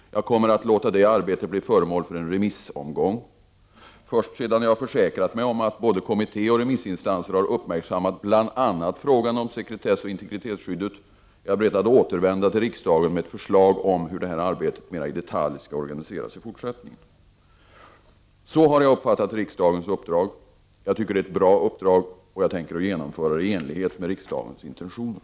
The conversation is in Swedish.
Jag kommer att låta det betänkandet bli föremål för en remissomgång. Först sedan jag har försäkrat mig om att både kommittén och remissinstanserna har uppmärksammat bl.a. frågan om sekretessoch integritetsskyddet, är jag beredd att återvända till riksdagen med ett förslag om hur detta arbete mera i detalj skall organiseras i fortsättningen. På detta sätt har jag uppfattat riksdagens uppdrag. Jag tycker att det är ett bra uppdrag, och jag avser genomföra det i enlighet med riksdagens intentioner.